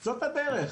חברים, זאת הדרך.